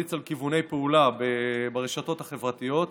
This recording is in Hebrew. שימליץ על כיווני פעולה ברשתות החברתיות.